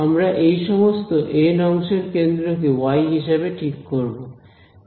আমরা এই সমস্ত এন অংশের কেন্দ্রকে ওয়াই হিসাবে ঠিক করব